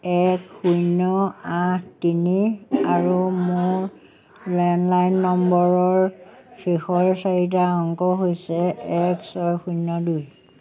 এক শূন্য আঠ তিনি আৰু মোৰ লেণ্ডলাইন নম্বৰৰ শেষৰ চাৰিটা অংক হৈছে এক ছয় শূন্য দুই